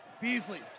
Beasley